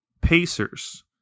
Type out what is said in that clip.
Pacers